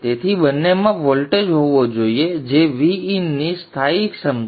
તેથી બંનેમાં વોલ્ટેજ હોવો જોઈએ જે Vin ની સ્થાયી ક્ષમતા છે